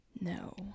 no